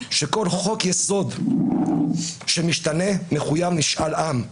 הוא שכל חוק-יסוד שמשתנה מחויב משאל עם.